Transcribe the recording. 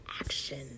action